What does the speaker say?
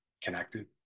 connected